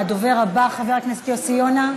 הדובר הבא, חבר הכנסת יוסי יונה,